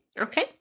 Okay